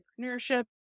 entrepreneurship